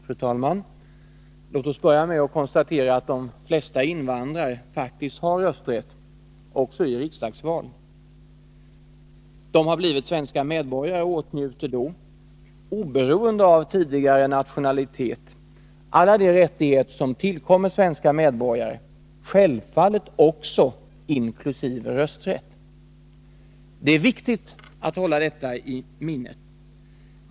Fru talman! Låt oss börja med att konstatera att de flesta invandrare faktiskt har rösträtt i riksdagsval. De har blivit svenska medborgare och åtnjuter då — oberoende av tidigare nationalitet — alla de rättigheter som tillkommer svenska medborgare, självfallet också rösträtt. Det är viktigt att hålla detta i minnet.